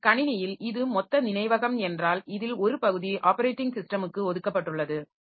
எனவே கணினியில் இது மொத்த நினைவகம் என்றால் இதில் ஒரு பகுதி ஆப்ரேட்டிங் சிஸ்டமுக்கு ஒதுக்கப்பட்டுள்ளது